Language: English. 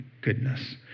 goodness